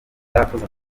akoze